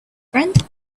friend